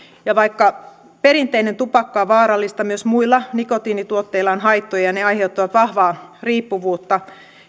ja vaikka perinteinen tupakka on vaarallista myös muilla nikotiinituotteilla on haittoja ne aiheuttavat vahvaa riippuvuutta